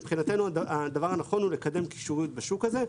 מבחינתנו הדבר הנכון הוא לקדם קישוריות בשוק הזה,